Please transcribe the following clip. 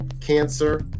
cancer